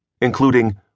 including